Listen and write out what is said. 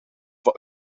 van